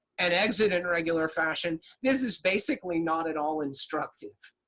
and exit in regular fashion. this is basically not at all instructive.